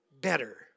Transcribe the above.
better